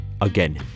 Again